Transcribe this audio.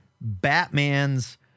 Batman's